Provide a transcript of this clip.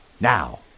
Now